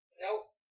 Nope